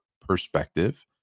perspective